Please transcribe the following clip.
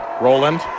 Roland